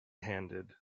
handed